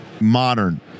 modern